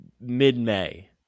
mid-May